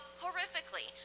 horrifically